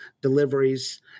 deliveries